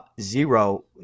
Zero